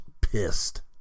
pissed